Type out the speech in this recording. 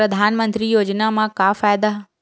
परधानमंतरी योजना म का फायदा?